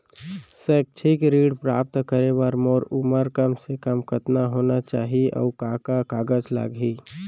शैक्षिक ऋण प्राप्त करे बर मोर उमर कम से कम कतका होना चाहि, अऊ का का कागज लागही?